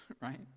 right